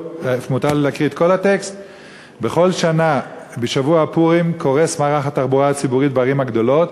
בכל שנה בשבוע הפורים קורס מערך התחבורה הציבורית בערים הגדולות,